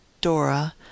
Dora